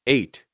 Eight